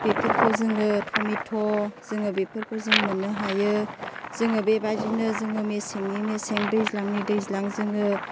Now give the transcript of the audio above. बेफोरखौ जोङो टमेथ' जोङो बेफोरखौ जों मोननो हायो जोङो बेबायदिनो जोङो मेसेंनि मेसें दैज्लांनि दैज्लां जोङो